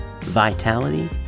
vitality